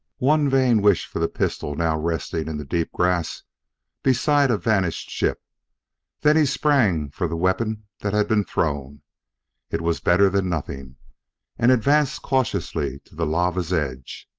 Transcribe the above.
one vain wish for the pistol now resting in the deep grass beside a vanished ship then he sprang for the weapon that had been thrown it was better than nothing and advanced cautiously to the lava's edge.